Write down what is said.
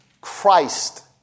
Christ